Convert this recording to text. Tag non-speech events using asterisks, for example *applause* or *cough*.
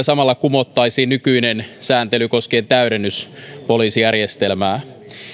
*unintelligible* samalla kumottaisiin nykyinen sääntely koskien täydennyspoliisijärjestelmää